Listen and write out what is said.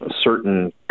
certain